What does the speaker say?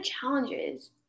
challenges